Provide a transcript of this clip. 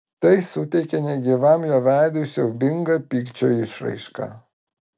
tai suteikė negyvam jo veidui siaubingą pykčio išraišką